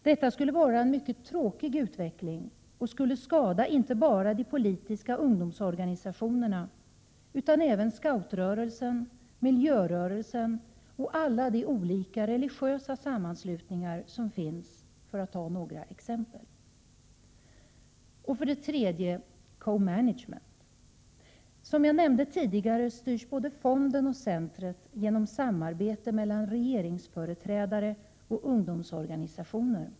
Detta skulle vara en mycket tråkig utveckling, som skulle skada inte bara de politiska ungdomsorganisationerna utan även scoutrörelsen, miljörörelsen och alla olika religiösa sammanslutningar för att ta några exempel. För det tredje: Co-management. Som jag nämnde tidigare styrs både fonden och centret genom samarbete mellan regeringsföreträdare och ungdomsorganisationer.